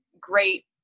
great